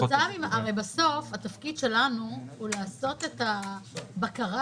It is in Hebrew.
בסוף התפקיד שלנו הוא לעשות את הבקרה,